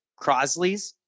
Crosleys